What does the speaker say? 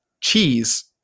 cheese